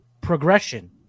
progression